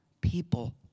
people